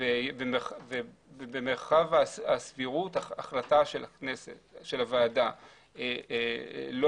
במרחב הסבירות החלטה של הוועדה לא